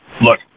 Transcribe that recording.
Look